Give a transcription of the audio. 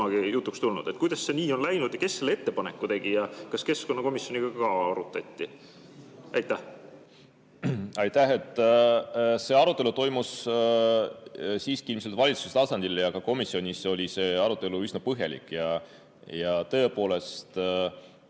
Kuidas see nii on läinud ja kes selle ettepaneku tegi? Ja kas keskkonnakomisjoniga ka arutati? Aitäh! See arutelu toimus siiski ilmselt valitsuse tasandil ja ka komisjonis oli see arutelu üsna põhjalik. Tõepoolest,